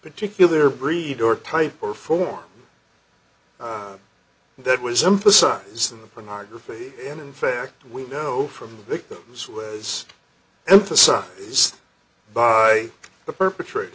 particular breed or type or form that was emphasized in the pornography and in fact we know from the victim is emphasize by the perpetrator